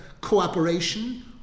cooperation